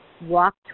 walk